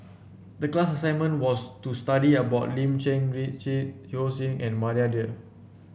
the class assignment was to study about Lim Cherng Yih Richard Yeo Song and Maria Dyer